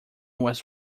was